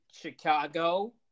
Chicago